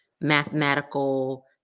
mathematical